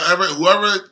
whoever